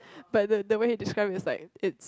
but the the way he describe it's like it's